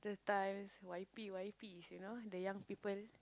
the times Y_P Y_Ps you know the young people